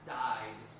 died